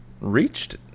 reached